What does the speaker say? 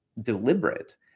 deliberate